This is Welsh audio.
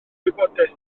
wybodaeth